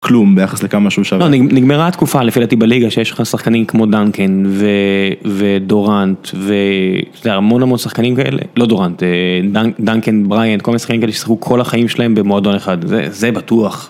כלום ביחס לכמה שהוא שווה. נגמרה התקופה, לפי דעתי, בליגה, שיש לך שחקנים כמו דנקן ודוראנט והמון המון שחקנים כאלה, לא דוראנט, דנקן בריינד, כל מיני שחקנים כאלה ששחקו כל החיים שלהם במועדון אחד. זה בטוח.